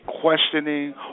questioning